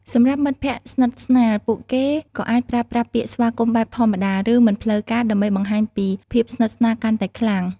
សម្រាប់មិត្តភក្តិស្និទ្ធស្នាល ពួកគេក៏អាចប្រើប្រាស់ពាក្យស្វាគមន៍បែបធម្មតាឬមិនផ្លូវការដើម្បីបង្ហាញពីភាពស្និទ្ធស្នាលកាន់តែខ្លាំង។